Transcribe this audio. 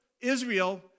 Israel